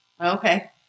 Okay